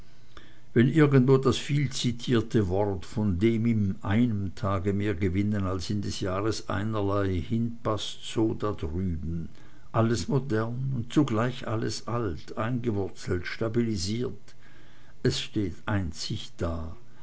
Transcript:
wenn irgendwo das vielzitierte wort von dem in einem tage mehr gewinnen als in des jahres einerlei hineinpaßt so da drüben alles modern und zugleich alles alt eingewurzelt stabilisiert es steht einzig da